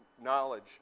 Knowledge